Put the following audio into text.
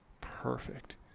Perfect